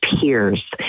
peers